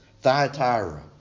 Thyatira